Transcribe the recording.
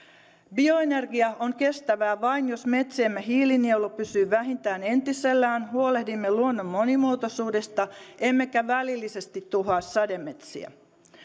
bioenergia on kestävää vain jos metsiemme hiilinielu pysyy vähintään entisellään huolehdimme luonnon monimuotoisuudesta emmekä välillisesti tuhoa sademetsiä